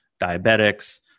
diabetics